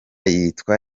yitwa